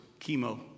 chemo